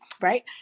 right